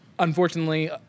Unfortunately